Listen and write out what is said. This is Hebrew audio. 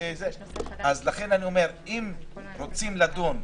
אני אומר שאם רוצים לדון,